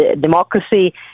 democracy